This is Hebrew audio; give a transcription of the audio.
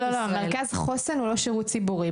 לא, לא, מרכז חוסן הוא לא שירות ציבורי.